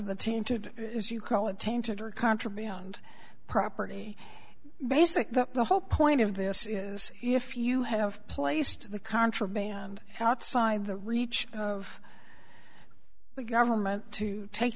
of the tainted you call it tainted or contra beyond property basic that the whole point of this is if you have placed the contraband outside the reach of the government to take